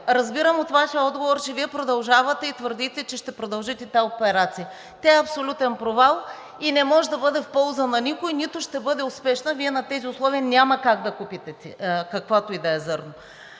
Разбирам от Вашия отговор, че Вие продължавате и твърдите, че ще продължите тази операция. Тя е абсолютен провал и не може да бъде в полза на никой, нито ще бъде успешна. Вие на тези условия няма как да купите каквото и да е зърно.